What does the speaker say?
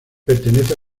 pertenece